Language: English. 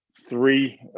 three